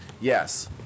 yes